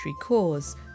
cause